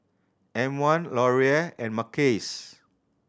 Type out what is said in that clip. M One Laurier and Mackays